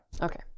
Okay